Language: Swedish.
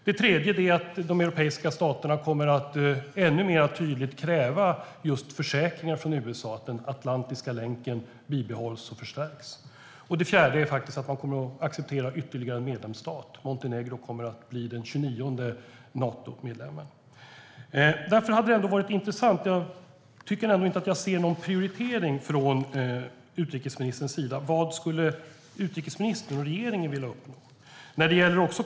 Det tredje är att de europeiska staterna kommer att ännu tydligare kräva försäkringar från USA att den atlantiska länken bibehålls och förstärks. Det fjärde är att man faktiskt kommer att acceptera ytterligare en medlemsstat. Montenegro kommer att bli den 29:e Natomedlemmen. Jag tycker inte att jag ser någon prioritering från utrikesministerns sida. Vad skulle utrikesministern och regeringen vilja uppnå?